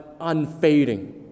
unfading